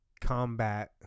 combat